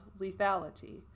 lethality